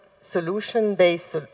solution-based